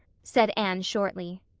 said anne shortly.